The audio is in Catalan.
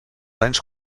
anys